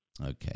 Okay